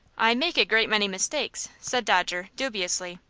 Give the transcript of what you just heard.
i make a great many mistakes, said dodger, dubiously.